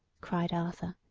cried arthur.